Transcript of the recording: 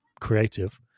creative